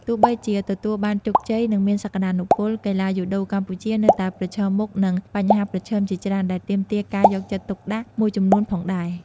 ទោះបីជាទទួលបានជោគជ័យ និងមានសក្តានុពល កីឡាយូដូកម្ពុជានៅតែប្រឈមមុខនឹងបញ្ហាប្រឈមជាច្រើនដែលទាមទារការយកចិត្តទុកដាក់មួយចំនួនផងដែរ ។